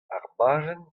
bajenn